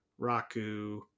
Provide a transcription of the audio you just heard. Raku